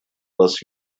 вас